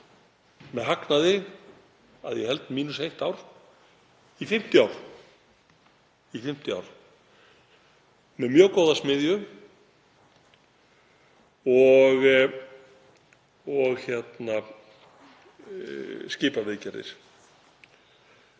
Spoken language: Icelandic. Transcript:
með hagnaði, að ég held, mínus eitt ár, í 50 ár og er með mjög góða smiðju og skipaviðgerðir.